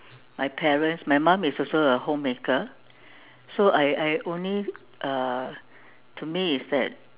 my parents my mom is also a homemaker so I I only uh to me is that